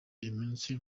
iminsi